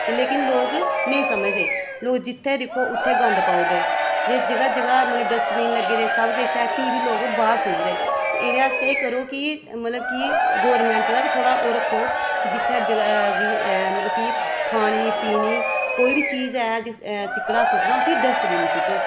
ते लेकिन लोक नेईं समझदे लोक जित्थै दिक्खो उत्थै गंद पाई ओड़दे जगह् जगह् मतलब डस्टबिन लगे दे मतलब सब किश ऐ फ्ही बी लोक बाह्र सुटदे ते एह्दे आस्तै एह् करो कि मतलब की गौरमैंट दा बी थोह्ड़ा ओह् रक्खो कि जित्थै जगह् मतलब कि खानी पीनी कोई बी चीज ऐ कोई बी चीज ऐ सिक्कडा सुट्टना उसी डस्टबिन च सु'ट्टो